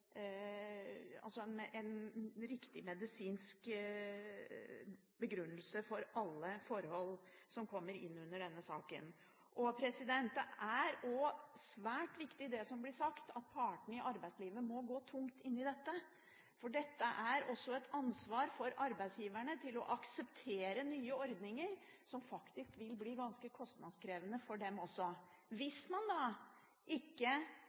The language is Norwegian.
for alle forhold som kommer inn under denne saken. Det er også svært viktig, det som blir sagt, at partene i arbeidslivet må gå tungt inn i dette, for dette er også et ansvar for arbeidsgiverne for å akseptere nye ordninger som faktisk vil bli ganske kostnadskrevende for dem også, hvis man da ikke